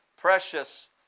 precious